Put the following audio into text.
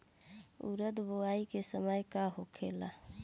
उरद बुआई के समय का होखेला?